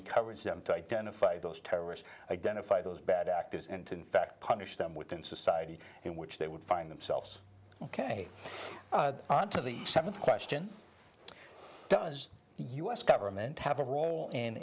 encourage them to identify those terrorists identify those bad actors and to in fact punish them within society in which they would find themselves ok on to the seventh question does u s government have a role in